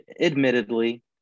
admittedly